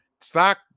Stock